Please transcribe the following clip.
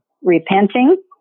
repenting